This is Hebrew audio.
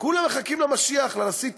כולם מחכים למשיח, לנשיא טראמפ.